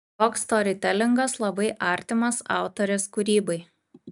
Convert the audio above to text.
toks storytelingas labai artimas autorės kūrybai